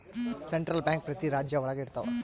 central bank ಪ್ರತಿ ರಾಜ್ಯ ಒಳಗ ಇರ್ತವ